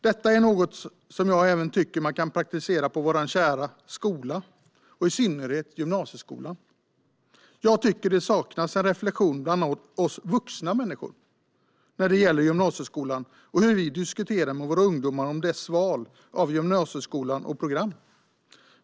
Detta är något jag tycker att man också kan tillämpa på vår kära skola, i synnerhet gymnasieskolan. Jag tycker att det saknas en reflektion bland oss vuxna när det gäller gymnasieskolan och hur vi diskuterar med våra ungdomar om deras val av gymnasieskola och program.